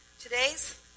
Today's